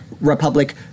Republic